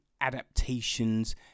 adaptations